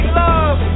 love